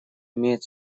имеет